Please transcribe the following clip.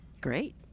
Great